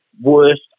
worst